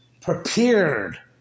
prepared